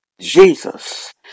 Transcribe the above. Jesus